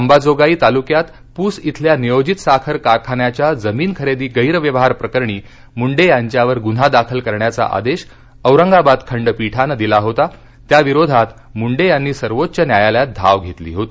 अंबाजोगाई तालुक्यात पूस इथल्या नियोजित साखर कारखान्याच्या जमीन खरेदी गैरव्यवहार प्रकरणी मुंडे यांच्यावर गुन्हा दाखल करण्याचा आदेश औरंगाबाद खंडपीठानं दिला होता त्याविरोधात मुंडे यांनी सर्वोच्च न्यायालयात धाव घेतली होती